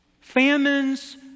Famines